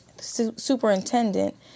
superintendent